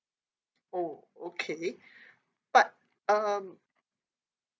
oh okay but um